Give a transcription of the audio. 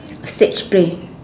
stage play